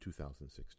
2016